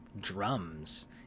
drums